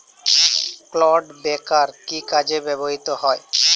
Clod breaker কি কাজে ব্যবহৃত হয়?